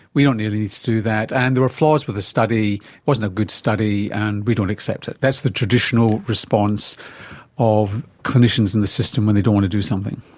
we don't really need to do that. and there were flaws with the study, it wasn't a good study and we don't accept it. that's the traditional response of clinicians in the system when they don't want to do something.